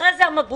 אחרי זה המבול.